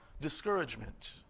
discouragement